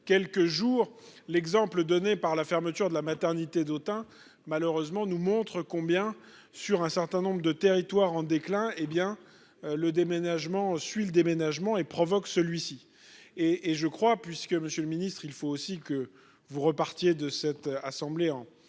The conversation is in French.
quelques jours l'exemple donné par la fermeture de la maternité d'hein malheureusement nous montre combien sur un certain nombre de territoires en déclin. Eh bien. Le déménagement suit le déménagement et provoque celui-ci et, et je crois puisque monsieur le ministre, il faut aussi que vous repartiez de cette assemblée en